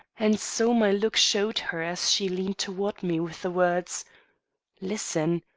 and so my look showed her as she leaned toward me with the words listen!